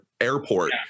airport